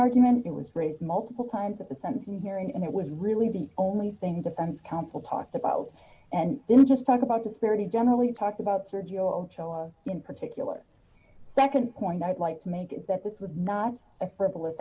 argument that was raised multiple times at the sentencing hearing and it was really the only thing defense counsel talked about and didn't just talk about disparity generally talked about sergio cho of in particular nd point i'd like to make is that this was not a frivolous